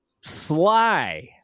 Sly